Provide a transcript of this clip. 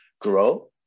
grow